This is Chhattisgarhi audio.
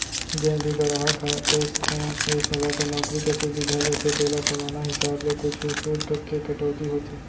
जेन भी गराहक ह एस.एम.एस अलर्ट नउकरी के सुबिधा लेथे तेला सालाना हिसाब ले कुछ सुल्क के कटौती होथे